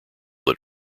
that